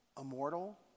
immortal